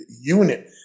unit